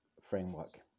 framework